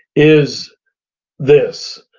is this.